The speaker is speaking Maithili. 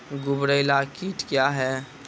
गुबरैला कीट क्या हैं?